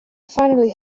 finally